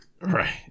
Right